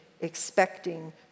expecting